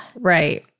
right